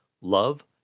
love